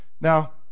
Now